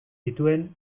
zituen